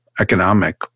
economic